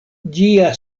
ĝia